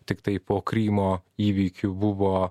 tiktai po krymo įvykių buvo